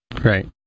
right